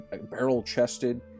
barrel-chested